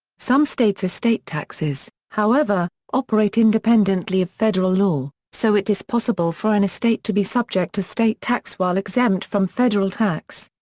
some states' estate taxes, however, operate independently of federal law, so it is possible for an estate to be subject to state tax while exempt from federal tax.